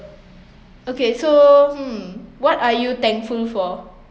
okay so hmm what are you thankful for